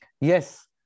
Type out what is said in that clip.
Yes